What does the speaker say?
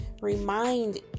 remind